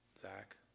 Zach